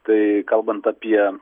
tai kalbant apie